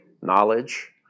Knowledge